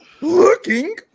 Looking